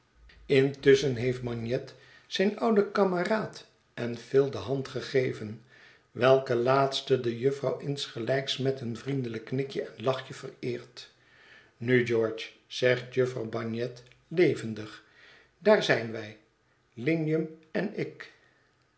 intusschen heeft bagnet zijn ouden kameraad en phil de hand gegeven welken laatsten de jufvrouw insgelijks met een vriendelijk knikie en lachje vereert nu george zegt jufvrouw bagnet levendig daar zijn wij lignum en ik